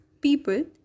people